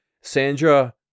Sandra